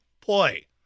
play